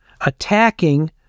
attacking